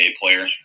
player